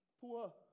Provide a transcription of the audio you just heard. poor